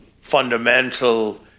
fundamental